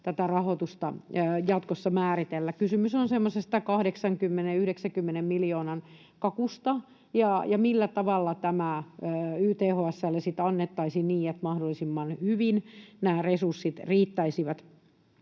tätä rahoitusta jatkossa määritellä. Kysymys on semmoisesta 80—90 miljoonan kakusta ja siitä, millä tavalla tämä sitten YTHS:lle annettaisiin niin, että mahdollisimman hyvin nämä resurssit riittäisivät.